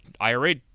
IRA